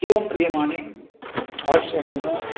एवं क्रियमाणे अवश्यमेव